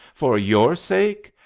for your sake?